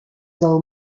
del